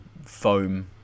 foam